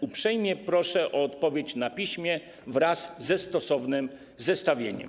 Uprzejmie proszę o odpowiedź na piśmie wraz ze stosownym zestawieniem.